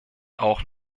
auch